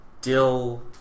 Dill